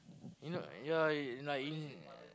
you know yeah like